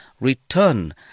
return